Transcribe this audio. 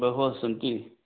बहवः सन्ति